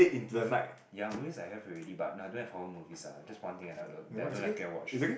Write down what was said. movie ya movies I have already but no I don't have horror movies ah that's one thing I that I don't like to go and watch